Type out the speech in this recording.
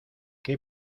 qué